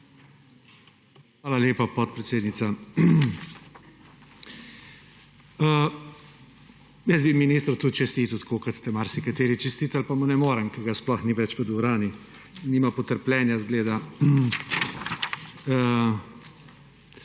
Hvala lepa, podpredsednica. Ministru bi tudi čestital, tako kot ste marsikateri čestitali, pa mu ne morem, ker ga sploh ni več v dvorani. Nima potrpljenja, zgleda.